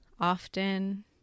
often